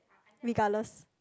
regardless